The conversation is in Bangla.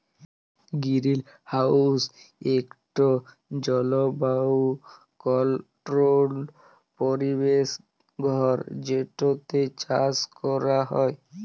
গিরিলহাউস ইকট জলবায়ু কলট্রোল্ড পরিবেশ ঘর যেটতে চাষ ক্যরা হ্যয়